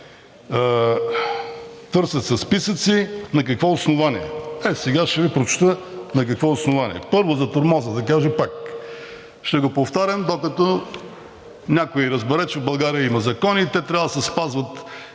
Търсят се списъци, на какво основание? Ей сега ще Ви прочета на какво основание. Първо, за тормоза да кажа пак. Ще го повтарям, докато някой разбере, че в България има закони и те трябва да се спазват